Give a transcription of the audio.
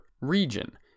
region